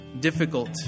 difficult